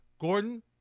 Gordon